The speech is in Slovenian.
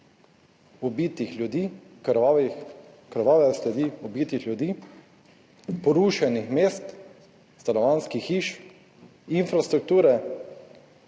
ubitih ljudi, krvavih, krvave sledi ubitih ljudi, porušenih mest, stanovanjskih hiš, infrastrukture,